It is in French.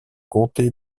comté